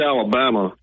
Alabama